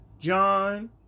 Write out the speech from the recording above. John